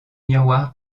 miroir